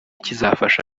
kizafasha